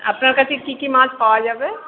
আপনার কাছে কি কি মাছ পাওয়া যাবে